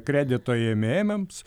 kreditų ėmėmiams